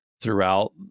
throughout